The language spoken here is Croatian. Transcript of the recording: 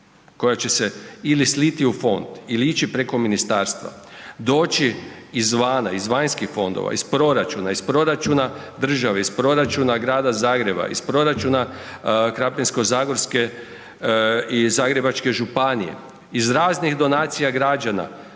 koja će se ili sliti u fond ili ići preko ministarstva, doći izvana, iz vanjskih fondova, iz proračuna, iz proračuna države, iz proračuna Grada Zagreba, iz proračuna Krapinsko-zagorske i Zagrebačke županije iz raznih donacija građana